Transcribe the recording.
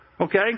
Okay